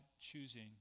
choosing